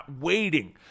waiting